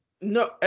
No